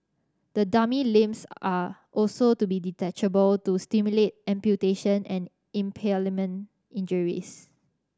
the dummy limbs are also to be detachable to simulate amputation and impalement injuries